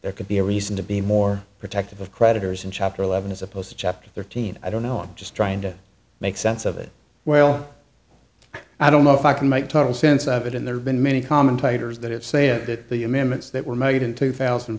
there could be a reason to be more protective of creditors in chapter eleven as opposed to chapter thirteen i don't know i'm just trying to make sense of it well i don't know if i can make total sense of it and there have been many commentators that it's saying that the amendments that were made in two thousand and